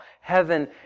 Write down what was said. Heaven